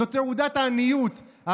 זו תעודת עניות.